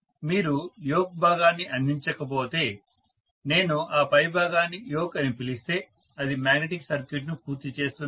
professor మీరు yoke భాగాన్ని అందించకపోతే నేను ఆ పై భాగాన్ని యోక్ అని పిలిస్తే అది మాగ్నెటిక్ సర్క్యూట్ను పూర్తి చేస్తుంది